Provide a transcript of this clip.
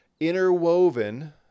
interwoven